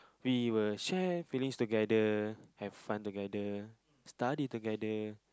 we will share finish together have fun together study together